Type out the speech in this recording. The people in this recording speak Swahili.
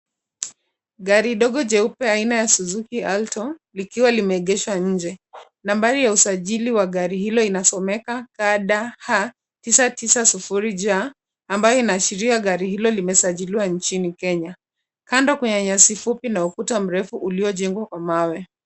Gari dogo jeupe aina ya Suzuki Alto likiwa limeegesha nje, nambari ya usajili wa gari hilo unasomeka, KDA 990 J, ambayo inaashiria gari hilo limesajiliwa nchini Kenya, kando kwenye nyasi fupi, na ukuta uliojengwa kwa mawe.